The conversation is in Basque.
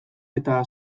eta